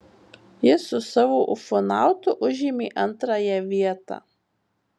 jis su savo ufonautu užėmė antrąją vietą